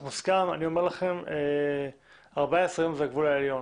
אני אומר לכם ש-14 ימים, זה הגבול העליון.